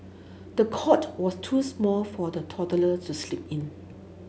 the cot was too small for the toddler to sleep in